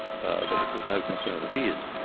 that it was no concern of his.